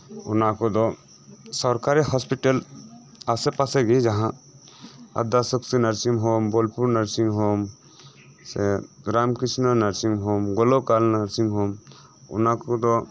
ᱚᱱᱟ ᱠᱚᱫᱚ ᱥᱚᱨᱠᱟᱨᱤ ᱦᱚᱥᱯᱤᱴᱟᱞ ᱟᱥᱮ ᱯᱟᱥᱮᱜᱮ ᱡᱟᱦᱟᱸ ᱟᱫᱽᱫᱷᱟ ᱥᱚᱠᱛᱤ ᱱᱟᱨᱥᱤᱝᱦᱳᱢ ᱵᱳᱞᱯᱩᱨ ᱱᱟᱨᱥᱤᱝ ᱦᱳᱢ ᱥᱮ ᱨᱟᱢᱠᱨᱤᱥᱱᱚ ᱱᱟᱨᱥᱤᱝ ᱦᱳᱢ ᱜᱳᱞᱳᱠᱟ ᱱᱟᱨᱥᱤᱝ ᱦᱳᱢ ᱚᱱᱟ ᱠᱚᱫᱚ